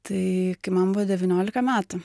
tai kai man buvo devyniolika metų